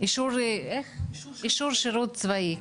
אישור שירות צבאי.